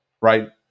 right